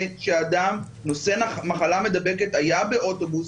שאדם נושא מחלה מדבקת היה באוטובוס,